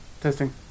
Testing